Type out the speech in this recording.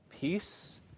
peace